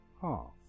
half